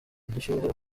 ubushyuhe